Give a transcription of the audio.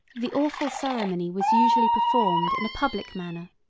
the awful ceremony was usually performed in a public manner,